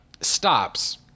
stops